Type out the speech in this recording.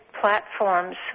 platforms